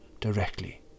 directly